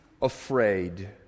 Afraid